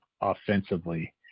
offensively